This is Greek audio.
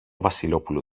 βασιλόπουλο